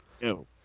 No